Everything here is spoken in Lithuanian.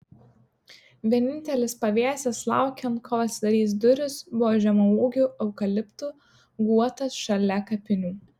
vienintelis pavėsis laukiant kol atsidarys durys buvo žemaūgių eukaliptų guotas šalia kapinių